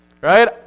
Right